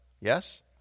Yes